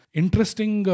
interesting